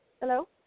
Hello